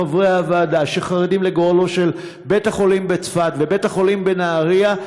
חברי הוועדה שחרדים לגורלם של בית-החולים בצפת ובית-החולים בנהריה,